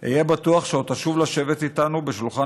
היה בטוח שעוד תשוב לשבת איתנו בשולחן